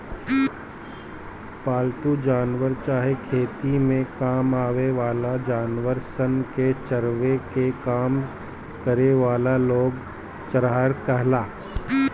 पालतू जानवर चाहे खेती में काम आवे वाला जानवर सन के चरावे के काम करे वाला लोग चरवाह कहाला